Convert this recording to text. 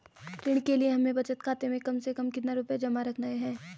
ऋण के लिए हमें बचत खाते में कम से कम कितना रुपये जमा रखने हैं?